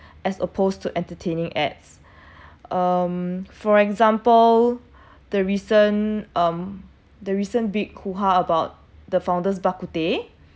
as opposed to entertaining ads um for example the recent um the recent big hoo-ha about the founders bak-kut-teh